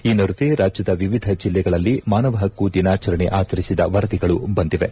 ಈ ನಡುವೆ ರಾಜ್ಯದ ವಿವಿಧ ಜಿಲ್ಲೆಗಳಲ್ಲಿ ಮಾನವ ಪಕ್ಕು ದಿನಾಚರಣೆ ಆಚರಿಸಿದ ವರದಿಗಳು ಬಂದಿವೆ